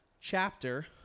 chapter